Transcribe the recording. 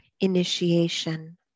initiation